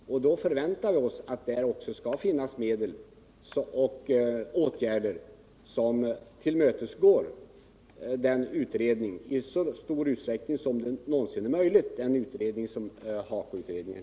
Då förväntar vi oss också att det skall finnas medel och att det skall vidtas åtgärder för att man i så stor utsträckning som någonsin är möjligt skall kunna tillmötesgå HAKO-utredningen.